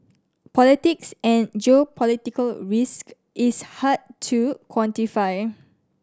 politics and geopolitical risk is hard to quantify